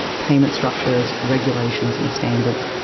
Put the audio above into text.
payment structures, regulations and standards.